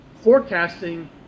forecasting